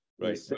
right